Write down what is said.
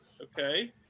Okay